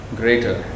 greater